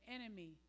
enemy